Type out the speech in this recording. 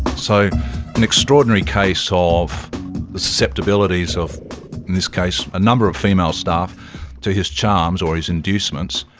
so an extraordinary case ah of the susceptibilities of, in this case, a number of female staff to his charms or his inducements.